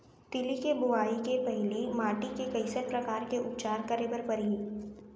तिलि के बोआई के पहिली माटी के कइसन प्रकार के उपचार करे बर परही?